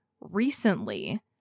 recently